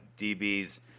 DBs